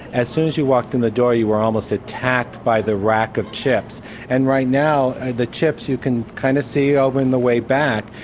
as soon as you walked in the door, you were almost attacked by the rack of chips and right now, the chips you can kind of see over in the way back.